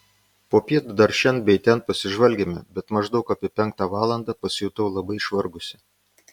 popiet dar šen bei ten pasižvalgėme bet maždaug apie penktą valandą pasijutau labai išvargusi